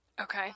Okay